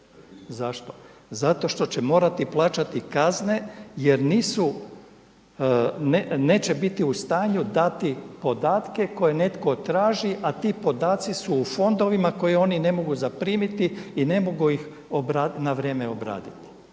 Zašto? Zato što će morati plaćati kazne jer neće biti u stanju dati podatke koje netko traži, a ti podaci su u fondovima koje oni ne mogu zaprimiti i ne mogu ih na vrijeme obraditi.